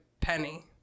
penny